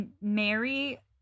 Mary